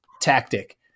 tactic